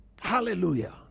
Hallelujah